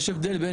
יש הבדל.